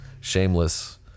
shameless